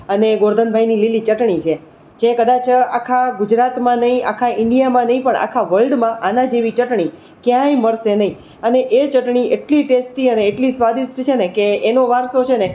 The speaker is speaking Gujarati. અને એ ગોવર્ધન ભાઈની લીલી ચટણી છે જે કદાચ આખા ગુજરાતમાં નહીં આખા ઈન્ડિયામાં નહીં પણ આખા વર્લ્ડમાં આના જેવી ચટણી ક્યાંય મળશે નહીં અને એ ચટણી એટલી ટેસ્ટી અને એટલી સ્વાદિષ્ટ છેને કે એનો વારસો છેને